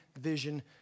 vision